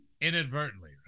inadvertently